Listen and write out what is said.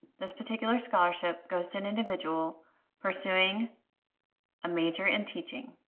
this particular scholarship goes to an individual pursuing a major in teaching.